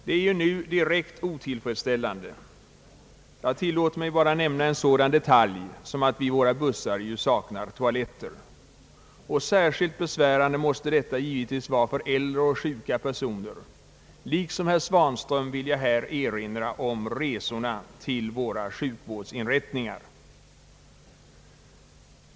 Den är ju nu direkt otillfredsställande. Jag tillåter mig nämna bara en sådan detalj som att våra bussar saknar toaletter, vilket måste vara särskilt besvärande för äldre och sjuka personer. Liksom herr Svanström vill jag här erinra om resorna till våra sjukvårdsinrättningar.